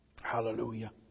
Hallelujah